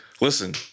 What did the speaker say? Listen